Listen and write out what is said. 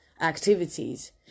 activities